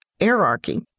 hierarchy